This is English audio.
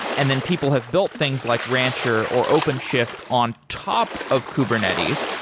and then people have built things like rancher or openshift on top of kubernetes.